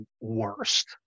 worst